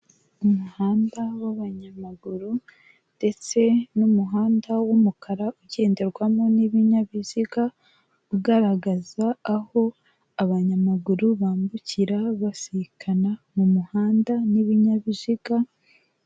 Umuhanda w'abanyamaguru ndetse n'umuhanda w'umukara ugenderwamo n'ibinyabiziga, ugaragaza aho abanyamaguru bambukira, basikana mu muhanda n'ibinyabiziga.